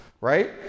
right